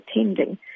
attending